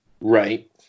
right